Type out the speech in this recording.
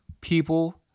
People